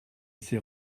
s’est